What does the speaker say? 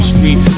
Street